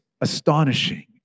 astonishing